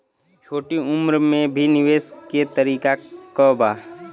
छोटी उम्र में भी निवेश के तरीका क बा?